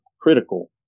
critical